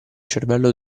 cervello